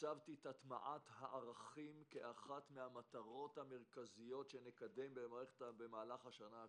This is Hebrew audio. הצבתי את הטמעת הערכים כאחת המטרות המרכזיות שנקדם במהלך השנה הקרובה.